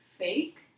fake